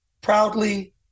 proudly